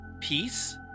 peace